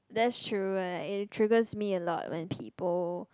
that's true and it triggers me a lot when people